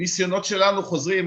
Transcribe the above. ניסיונות שלנו חוזרים,